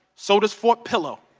so does fort pillow.